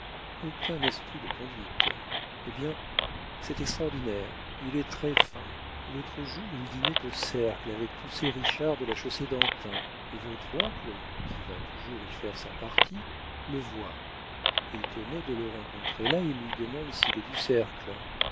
aucun esprit de conduite eh bien c'est extraordinaire il est très-fin l'autre jour il dînait au cercle avec tous ces richards de la chaussée-d'antin et votre oncle qui va toujours y faire sa partie le voit étonné de le rencontrer là il lui demande s'il est du cercle